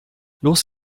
los